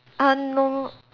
err no